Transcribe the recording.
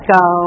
go